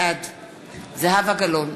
בעד זהבה גלאון,